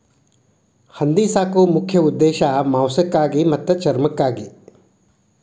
ಹಂದಿ ಸಾಕು ಮುಖ್ಯ ಉದ್ದೇಶಾ ಮಾಂಸಕ್ಕಾಗಿ ಮತ್ತ ಚರ್ಮಕ್ಕಾಗಿ